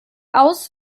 aus